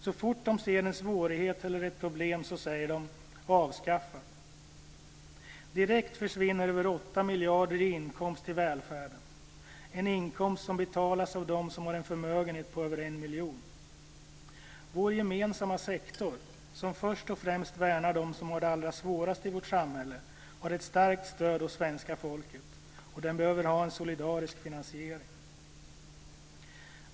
Så fort de ser en svårighet eller ett problem säger de: Avskaffa! Direkt försvinner över 8 miljarder i inkomst till välfärden, en inkomst som betalas av de som har en förmögenhet på över 1 miljon. Vår gemensamma sektor som först och främst värnar de som har det allra svårast i vårt samhälle har ett starkt stöd hos svenska folket, och den behöver ha en solidarisk finansiering.